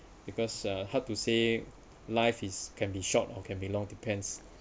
because uh hard to say life is can be short or can be long depends